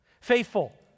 Faithful